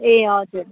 ए हजुर